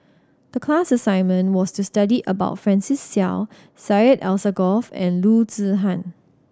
the class assignment was to study about Francis Seow Syed Alsagoff and Loo Zihan